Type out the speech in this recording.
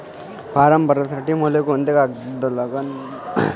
Form भरासाठी मले कोंते कागद लागन?